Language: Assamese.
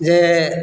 যে